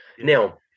Now